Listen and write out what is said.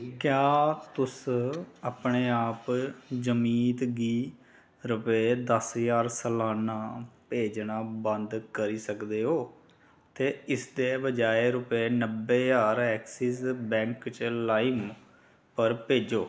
क्या तुस अपने आप जमीत गी रपेऽ दस ज्हार सलाना भेजना बंद करी सकदे ओ ते इसदे बजाए रपेऽ न'ब्बे ज्हार एक्सिस बैंक च लाइम पर भेजो